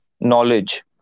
knowledge